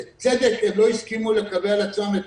בצדק הם לא הסכימו לקבל על עצמם את